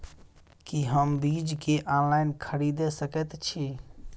की हम बीज केँ ऑनलाइन खरीदै सकैत छी?